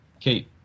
Kate